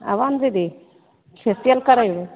आबऽ ने दीदी फेसियल करेबै